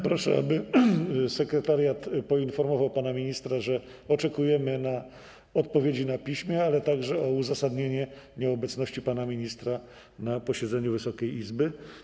Proszę, aby sekretariat poinformował pana ministra, że oczekujemy odpowiedzi na piśmie, ale także uzasadnienia nieobecności pana ministra na posiedzeniu Wysokiej Izby.